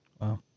Wow